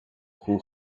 who